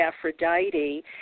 Aphrodite